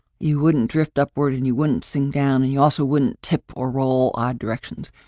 you wouldn't drift upward and you wouldn't sink down and you also wouldn't tip or roll on directions.